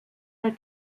der